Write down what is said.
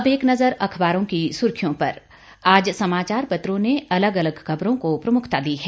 अब एक नजर अखबारों की सुर्खियों पर आज समाचार पत्रों ने अलग अलग खबरों को प्रमुखता दी है